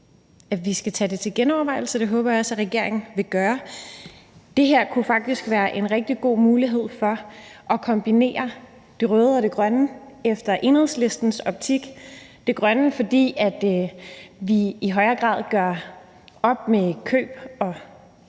vi skal tage det op til genovervejelse. Det håber jeg også at regeringen vil gøre. Det her kunne faktisk i Enhedslistens optik være en rigtig god mulighed for at kombinere det røde og det grønne; det grønne, fordi vi i højere grad gør op med køb nyt